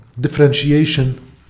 differentiation